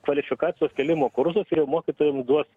kvalifikacijos kėlimo kursus ir jau mokytojam duos